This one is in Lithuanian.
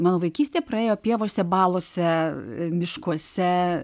mano vaikystė praėjo pievose balose miškuose